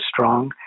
strong